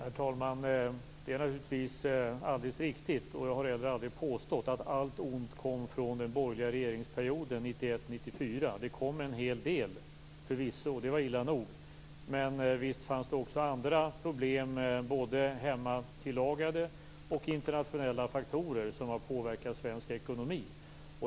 Herr talman! Det är naturligtvis alldeles riktigt, och jag har heller aldrig påstått att allt ont kom från den borgerliga regeringsperioden 1991-1994. Det kom förvisso en hel del, och det var illa nog. Men visst fanns det också andra problem, med både hemmatillagade och internationella faktorer, som har påverkat svensk ekonomi.